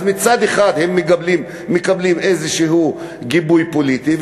אז מצד אחד הם מקבלים איזשהו גיבוי פוליטי,